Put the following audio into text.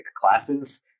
classes